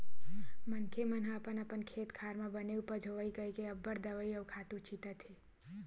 मनखे मन ह अपन अपन खेत खार म बने उपज होवय कहिके अब्बड़ दवई अउ खातू छितत हे